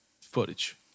footage